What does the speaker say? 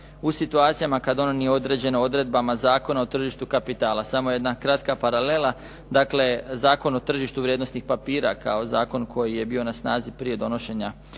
u situacijama kada ono nije određeno odredbama Zakona o tržištu kapitala. Samo jedna kratka paralela. Dakle, Zakon o tržištu vrijednosnih papira kao zakon koji je bio na snazi prije donošenja